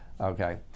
okay